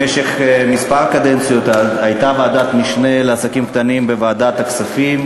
כי במשך כמה קדנציות הייתה ועדת משנה לעסקים קטנים בוועדת הכספים.